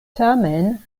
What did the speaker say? tamen